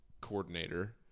coordinator